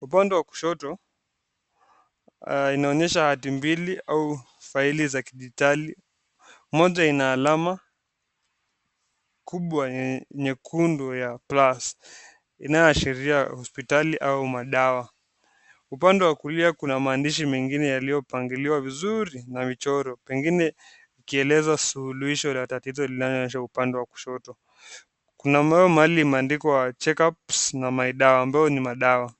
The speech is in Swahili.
Upande wa kushoto inaonyehsa hati mbili au faili za kidijitali. Moja ina alama kubwa nyekundu ya plus inayoashilia hospitali au madawa. Upande wa kulia kuna maandishi yaliyopangiliwa vizuri na michoro. Pengine ikieleza suluhisho ya tatizo inayoonyeshwa upande wa kushoto. Kuna mahali ameandikwa check ups My dawa ambayo ni madawa.